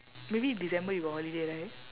maybe december you got holiday right